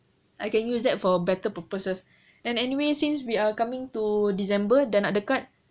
I can use that for better purpose as an anyway since we are coming to december dah nak dekat